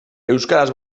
euskaraz